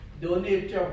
donate